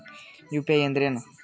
UPI ಅಂದ್ರೆ ಏನು?